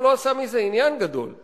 לא היו ממשלות קואליציה בישראל